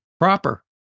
proper